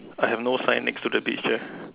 I have no sign next to the beach eh